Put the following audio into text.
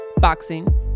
boxing